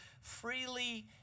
freely